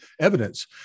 evidence